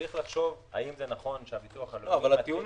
צריך לחשוב האם זה נכון שביטוח לאומי -- אבל הטיעון